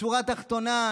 בשורה התחתונה,